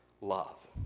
love